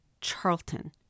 Charlton